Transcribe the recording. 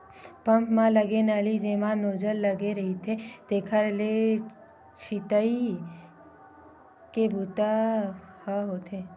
pump म लगे नली जेमा नोजल लगे रहिथे तेखरे ले छितई के बूता ह होथे